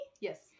Yes